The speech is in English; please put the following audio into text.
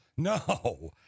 No